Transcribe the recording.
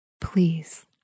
please